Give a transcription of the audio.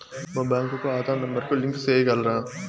మా బ్యాంకు కు ఆధార్ నెంబర్ కు లింకు సేయగలరా?